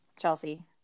Chelsea